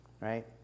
right